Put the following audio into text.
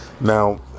Now